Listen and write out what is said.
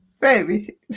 Baby